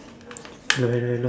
hello